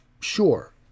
Sure